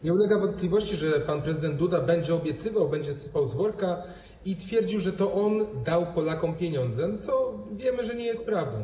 Nie ulega wątpliwości, że pan prezydent Duda będzie obiecywał, będzie sypał z worka i twierdził, że to on dał Polakom pieniądze, co jak wiemy - nie jest prawdą.